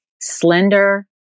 slender